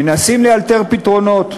מנסים לאלתר פתרונות,